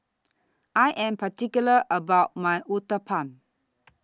I Am particular about My Uthapam